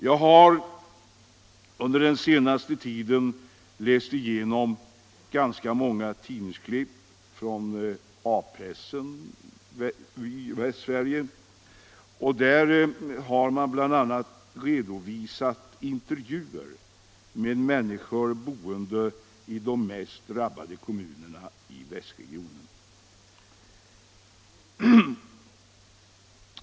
Jag hår under den senaste tiden läst igenom ganska många tidningsklipp från A-pressen i Västsverige, innehållande intervjuer med människor som bor i de mest drabbade kommunerna i västregionen.